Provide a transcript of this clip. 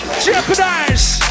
Jeopardize